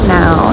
now